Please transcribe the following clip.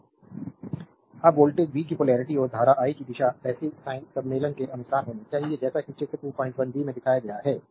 slide time देखें 1023 अब voltage v की पोलेरिटी और धारा i की दिशा पैसिव साइन सम्मेलन के अनुरूप होनी चाहिए जैसा कि चित्र 21 b में दिखाया गया है